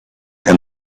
and